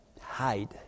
hide